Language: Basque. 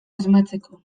asmatzeko